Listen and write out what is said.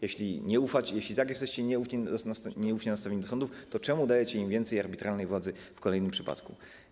Jeśli nie ufacie, jeśli jesteście tak nieufnie nastawieni do sądów, to czemu dajecie im więcej arbitralnej władzy w kolejnym przypadku?